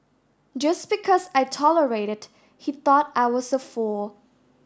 just because I tolerated he thought I was a fool